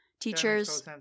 teachers